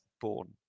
born